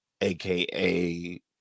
AKA